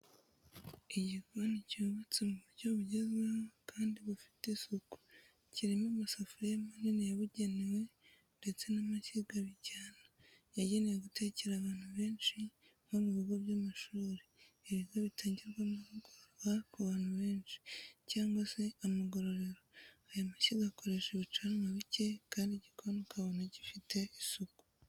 Igikoni cyubatse mu buryo bugezweho kandi bufite isuku kirimo amasafuriya manini yabugenewe ndetse n'amashyiga bijyana yagenewe gutekera abantu benshi nko mu bigo by'amashuri, ibigo bitangirwamo amahugurwa ku bantu benshi, cyangwa se amagororero, aya mashyiga akoresha ibicanwa bicye kandi igikoni ukabona gifite isuku.